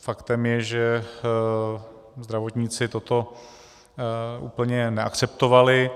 Faktem je, že zdravotníci toto úplně neakceptovali.